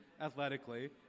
athletically